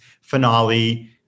finale